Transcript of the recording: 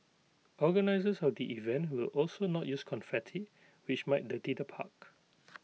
organisers of the event will also not use confetti which might the deter park